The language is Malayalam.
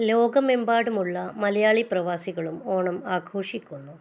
ലോകമെമ്പാടുമുള്ള മലയാളി പ്രവാസികളും ഓണം ആഘോഷിക്കുന്നു